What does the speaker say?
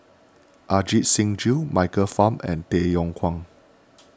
Ajit Singh Gill Michael Fam and Tay Yong Kwang